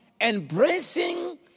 Embracing